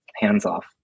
hands-off